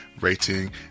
rating